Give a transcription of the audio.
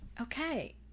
okay